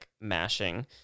mashing